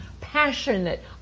passionate